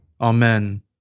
Amen